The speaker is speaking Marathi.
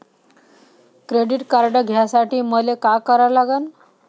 क्रेडिट कार्ड घ्यासाठी मले का करा लागन?